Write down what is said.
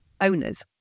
owners